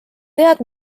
tead